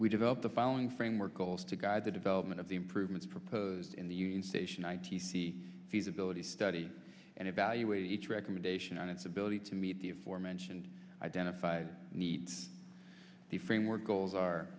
we develop the following framework calls to guide the development of the improvements proposed in the union station i t c feasibility study and evaluate each recommendation on its ability to meet the aforementioned identified needs the framework goals are